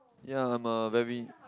yea I'm a very